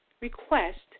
request